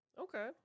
Okay